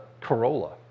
Corolla